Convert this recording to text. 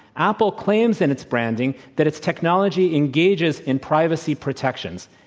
apple claims in its branding that its technology engages in privacy protections.